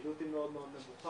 הפעילות היא מאוד נמוכה,